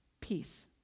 peace